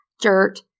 dirt